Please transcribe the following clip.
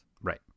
Right